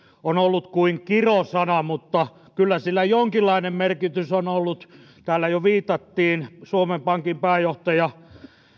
on ollut kuin kirosana mutta kyllä sillä jonkinlainen merkitys on ollut täällä jo viitattiin siihen että suomen pankin pääjohtaja